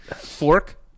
Fork